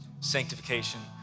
sanctification